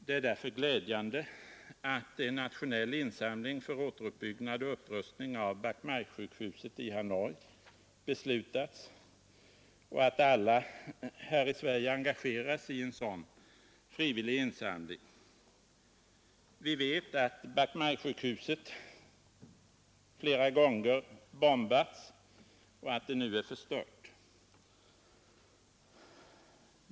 Det är därför glädjande att en nationell insamling för återuppbyggnad och upprustning av Bach Mai-sjukhuset i Hanoi har beslutats och att alla i Sverige kan engagera sig i en sådan frivillig insamling. Vi vet att Bach Mai-sjukhuset flera gånger bombats och att det nu är förstört.